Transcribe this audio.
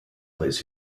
place